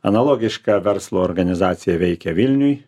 analogiška verslo organizacija veikia vilniuj